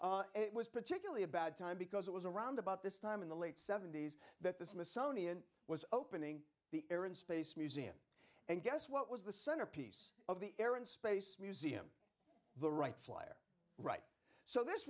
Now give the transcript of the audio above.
it was particularly a bad time because it was around about this time in the late seventy's that this missoni and was opening the air and space museum and guess what was the centerpiece of the air and space museum the wright flyer right so this